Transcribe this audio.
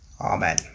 Amen